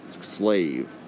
slave